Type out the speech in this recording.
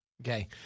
Okay